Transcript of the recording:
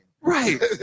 Right